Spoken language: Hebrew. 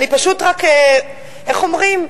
אני פשוט רק, איך אומרים?